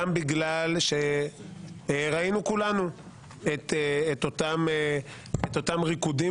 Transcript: גם בגלל שראינו כולנו את אותם ריקודים